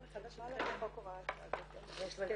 --- אבל